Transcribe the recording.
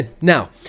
Now